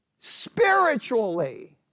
spiritually